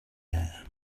air